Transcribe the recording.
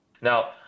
Now